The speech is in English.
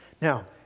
Now